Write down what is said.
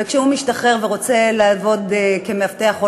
וכשהוא משתחרר ורוצה לעבוד כמאבטח או